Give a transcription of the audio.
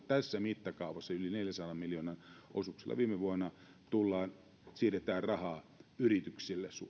tässä mittakaavassa yli neljänsadan miljoonan osuuksilla viime vuonna rahaa yrityksille